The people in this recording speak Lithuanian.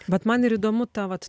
bet man ir įdomu ta vat